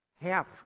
half